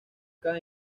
cada